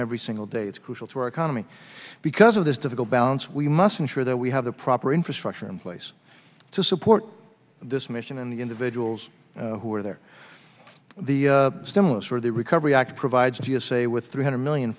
every single day it's crucial to our economy because of this difficult balance we must ensure that we have the proper infrastructure in place to support this mission and the individuals who are there the stimulus for the recovery act provides t s a with three hundred million